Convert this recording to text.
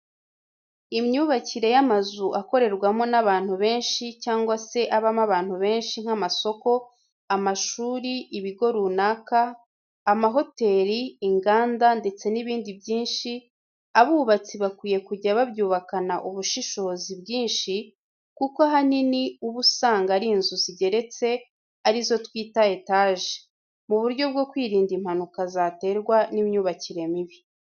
Imyubakire y'amazu akorerwamo n'abantu benshi cyangwa se abamo abantu benshi nk'amasoko, amashuri, ibigo runaka, amahoteri, inganda ndetse n'ibindi byinshi abubatsi bakwiye kujya babyubakana ubushishozi bwinshi kuko ahanini uba usanga ari inzu zigeretse arizo twita etaje. Mu buryo bwo kwirinda impanuka zaterwa n'imyubakire mibi.